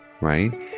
right